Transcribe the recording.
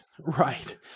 Right